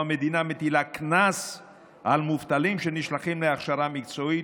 המדינה מטילה קנס על מובטלים שנשלחים להכשרה מקצועית,